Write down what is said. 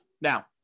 Now